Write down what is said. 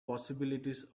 possibilities